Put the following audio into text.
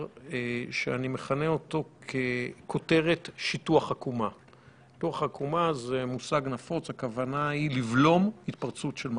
עכשיו אנחנו מחייבים את "מגן 2". הכוונה היא להכניס כלי.